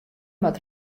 moat